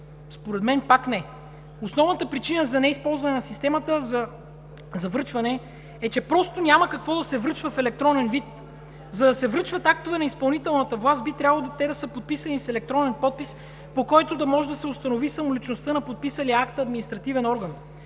Според мен – пак не. Основната причина за неизползване на системата за връчване е, че просто няма какво да се връчва в електронен вид. За да се връчват актове на изпълнителната власт, би трябвало и те да са подписани с електронен подпис, по който да може да се установи самоличността на подписалия акта административен орган.